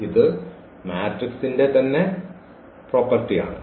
ഇത് മാട്രിക്സിന്റെ തന്നെ പ്രോപ്പർട്ടി ആണ്